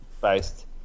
based